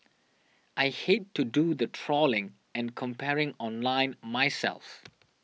I hate to do the trawling and comparing online myself